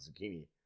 zucchini